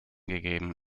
gegeben